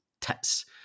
tits